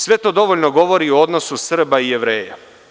Sve to dovoljno govori o odnosu Srba i Jevreja.